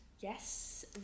Yes